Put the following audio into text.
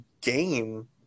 game